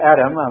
Adam